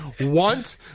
want